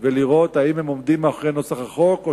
ולראות אם הם עומדים מאחורי נוסח החוק או